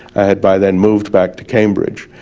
i had by then moved back to cambridge,